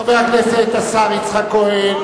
חבר הכנסת השר יצחק כהן,